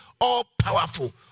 all-powerful